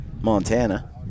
Montana